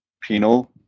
penal